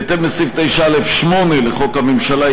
בהתאם לסעיף 9(א)(8) לחוק הממשלה,